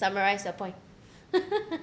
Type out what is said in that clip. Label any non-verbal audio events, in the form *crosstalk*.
summarized the point *laughs*